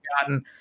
gotten